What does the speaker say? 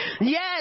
Yes